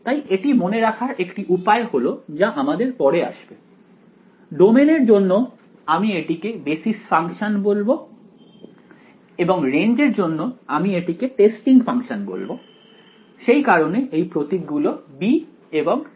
তাই এটি মনে রাখার একটি উপায় হল যা আমাদের পরে আসবে ডোমেইনের জন্য আমি এটিকে বেসিস ফাংশন বলবো এবং রেঞ্জ এর জন্য আমি এটিকে টেস্টিং ফাংশন বলবো সেই কারণে এই প্রতীকগুলো b এবং t